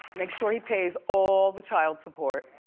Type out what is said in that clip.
make sure he pays all the child support.